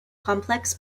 complex